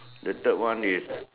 the third one is